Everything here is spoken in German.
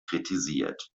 kritisiert